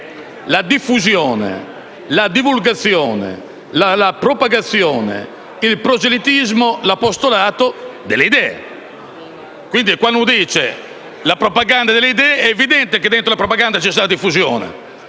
la diffusione, la divulgazione, la propagazione, il proselitismo l'apostolato delle idee. Quando si parla della propaganda delle idee, è evidente che dentro la propaganda c'è la diffusione,